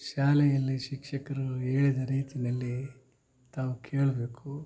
ಶಾಲೆಯಲ್ಲಿ ಶಿಕ್ಷಕರು ಹೇಳಿದ ರೀತಿನಲ್ಲಿ ತಾವು ಕೇಳಬೇಕು